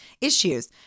issues